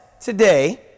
today